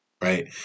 Right